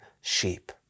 sheep